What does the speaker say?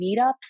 meetups